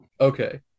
okay